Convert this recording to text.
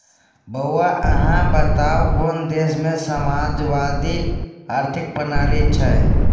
बौआ अहाँ बताउ कोन देशमे समाजवादी आर्थिक प्रणाली छै?